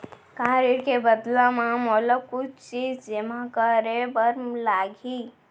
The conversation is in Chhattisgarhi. का ऋण के बदला म मोला कुछ चीज जेमा करे बर लागही?